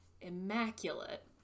immaculate